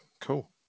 Cool